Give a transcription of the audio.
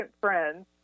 friends